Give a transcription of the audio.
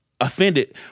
offended